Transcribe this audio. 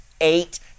eight